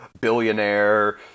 billionaire